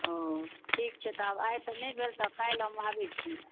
ओ ठीक छै तऽ आइ तऽ नहि भेल तऽ काल्हि हम आबै छी